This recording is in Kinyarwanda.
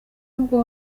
n’ubwo